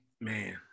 Man